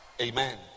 amen